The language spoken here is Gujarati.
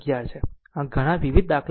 આમ ઘણાં વિવિધ દાખલાઓ આપવામાં આવે છે